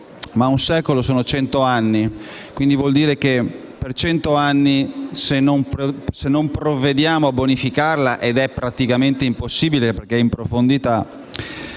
ma un secolo sono cento anni, quindi vuol dire che per cento anni, se non provvediamo a bonificarla (ed è praticamente impossibile, perché è in profondità),